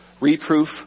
reproof